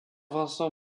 vincent